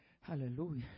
Hallelujah